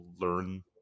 learn